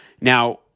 now